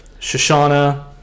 Shoshana